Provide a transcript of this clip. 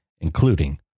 including